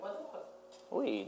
Oui